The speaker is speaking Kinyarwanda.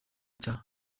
cya